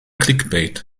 clickbait